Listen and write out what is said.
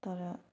तर